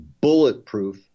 bulletproof